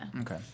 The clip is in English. Okay